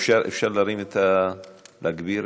אפשר להרים, להגביר?